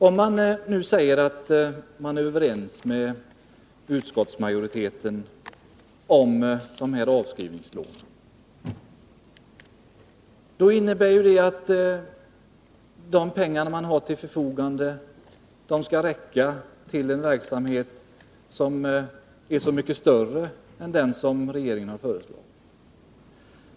Om man nu säger att man är överens med utskottsmajoriteten om dessa avskrivningslån innebär detta att de pengar man har till förfogande skall räcka till en verksamhet som är så mycket större än den som regeringen har föreslagit.